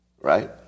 right